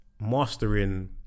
mastering